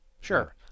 sure